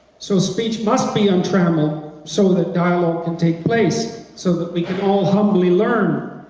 so speech must be untrammeled so that dialogue can take place, so that we can all humbly learn,